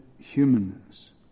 humanness